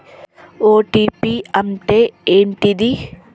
OTP అంటే ఏంటిది?